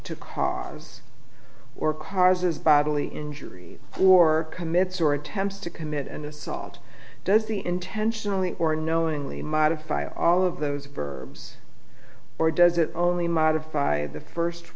to cause or causes bodily injury or commits or attempts to commit an assault does the intentionally or knowingly modify all of those verbs or does it only modify the first